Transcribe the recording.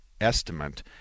estimate